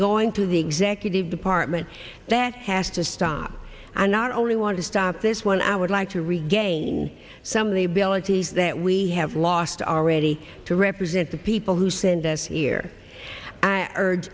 going to the executive department that has to stop and not only want to stop this one i would like to regain some of the ability that we have lost already to represent the people who sent us here i urge